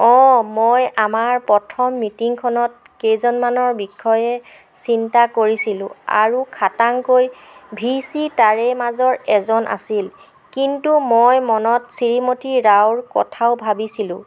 অ' মই আমাৰ প্ৰথম মিটিংখনত কেইজনমানৰ বিষয়ে চিন্তা কৰিছিলো আৰু খাটাংকৈ ভি চি তাৰে মাজৰ এজন আছিল কিন্তু মই মনত শ্ৰীমতী ৰাওৰ কথাও ভাবিছিলো